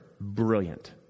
Brilliant